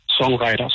songwriters